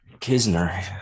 Kisner